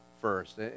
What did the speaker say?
first